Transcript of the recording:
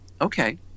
okay